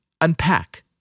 unpack